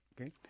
okay